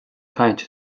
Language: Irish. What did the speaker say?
caint